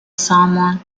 salmon